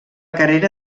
carrera